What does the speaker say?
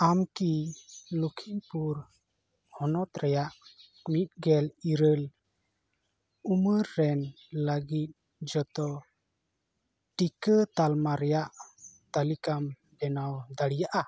ᱟᱢ ᱠᱤ ᱞᱚᱠᱷᱤᱱᱯᱩᱨ ᱦᱚᱱᱚᱛ ᱨᱮᱭᱟᱜ ᱢᱤᱫᱜᱮᱞ ᱤᱨᱟᱹᱞ ᱩᱢᱟᱹᱨ ᱨᱮᱱ ᱞᱟᱹᱜᱤᱫ ᱡᱚᱛᱚ ᱴᱤᱠᱟᱹ ᱛᱟᱞᱢᱟ ᱨᱮᱭᱟᱜ ᱛᱟᱹᱞᱤᱠᱟᱢ ᱵᱮᱱᱟᱣ ᱫᱟᱲᱤᱭᱟᱜᱼᱟᱮ